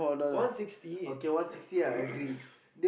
one sixty